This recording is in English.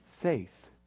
faith